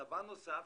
דבר נוסף,